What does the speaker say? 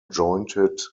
jointed